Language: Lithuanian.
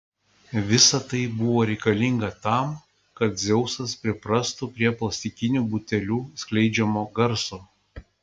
visa tai buvo reikalinga tam kad dzeusas priprastų prie plastikinių butelių skleidžiamo garso